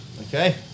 Okay